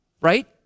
right